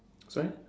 sorry